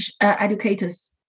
educators